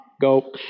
go